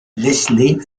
leslie